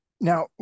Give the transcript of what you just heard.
Now